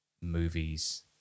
movies